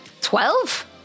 Twelve